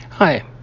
Hi